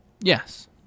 Yes